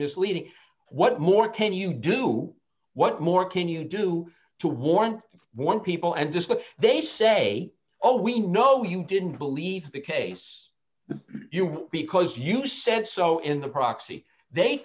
misleading what more can you do what more can you do to warrant one people and just what they say oh we know you didn't believe the case because you said so in the proxy they